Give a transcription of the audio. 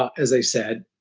as i said.